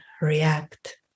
react